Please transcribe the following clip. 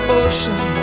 ocean